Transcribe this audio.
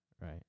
Right